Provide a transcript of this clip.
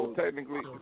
technically